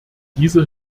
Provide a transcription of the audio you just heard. dieser